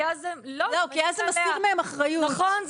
אז זאת לא תהיה אחריות שלכם,